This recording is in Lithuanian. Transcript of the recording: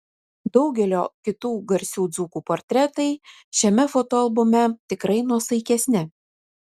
daugelio kitų garsių dzūkų portretai šiame fotoalbume tikrai nuosaikesni